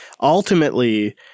Ultimately